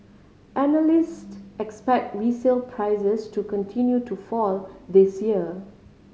analyst expect resale prices to continue to fall this year